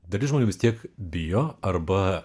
dalis žmonių vis tiek bijo arba